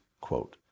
quote